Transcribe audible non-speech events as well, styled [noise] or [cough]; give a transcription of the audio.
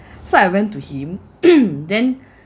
so I went to him [coughs] then